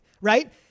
Right